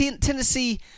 Tennessee